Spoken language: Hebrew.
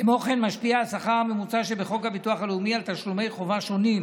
כמו כן משפיע השכר הממוצע שבחוק הביטוח הלאומי על תשלומי חובה שונים,